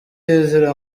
ezra